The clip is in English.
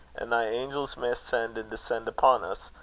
an' thy angels may ascend and descend upon us,